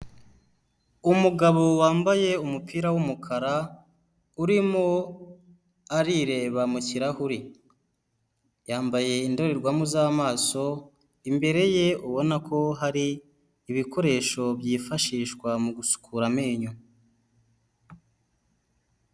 Umugabo wambaye umupira wumukara urimo arireba mu kirahure yambaye indorerwamo z'amaso imbere ye ubona ko hari ibikoresho byifashishwa mu gusukura amenyo.